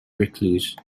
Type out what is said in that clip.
recluse